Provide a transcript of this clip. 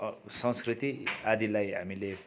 संस्कृति आदिलाई हामीले